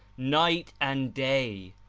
night and day,